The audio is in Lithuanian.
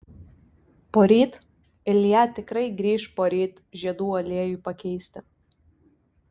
poryt ilja tikrai grįš poryt žiedų aliejui pakeisti